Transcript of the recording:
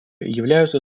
являются